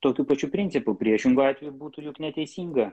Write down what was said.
tokiu pačiu principu priešingu atveju būtų juk neteisinga